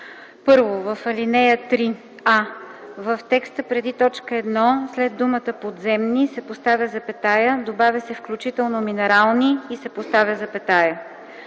1. В ал. 3: а) в текста преди т. 1 след думата „подземни” се поставя запетая, добавя се „включително минерални” и се поставя запетая;